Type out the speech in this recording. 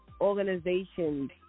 organizations